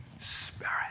Spirit